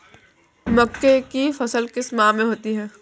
मक्के की फसल किस माह में होती है?